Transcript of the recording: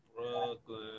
Brooklyn